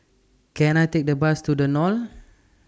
Can I Take A Bus to The Knolls